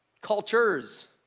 cultures